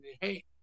hey